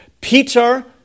Peter